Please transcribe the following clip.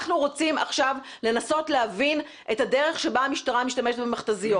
אנחנו רוצים עכשיו לנסות להבין את הדרך שבה המשטרה משתמשת במכת"זיות.